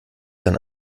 dann